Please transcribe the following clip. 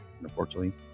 unfortunately